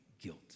guilt